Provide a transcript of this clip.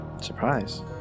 Surprise